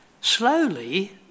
Slowly